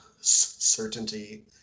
certainty